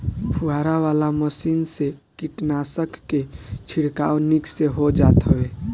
फुहारा वाला मशीन से कीटनाशक के छिड़काव निक से हो जात हवे